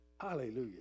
Hallelujah